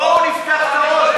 בואו נפתח את הראש.